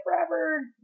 forever